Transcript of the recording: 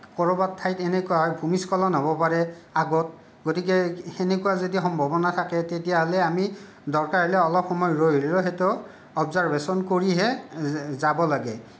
ক'ৰবাত ঠাইত এনেকুৱা হ'ব পাৰে ভূমিস্খলন হ'ব পাৰে আগত গতিকে তেনেকুৱা যদি সম্ভাৱনা থাকে তেতিয়াহ'লে আমি দৰকাৰ হ'লে অলপ সময় ৰৈ হ'লেও অবজাৰ্ভেশ্বন কৰিহে যাব লাগে